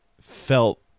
felt